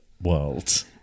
world